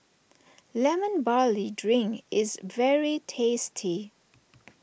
Lemon Barley Drink is very tasty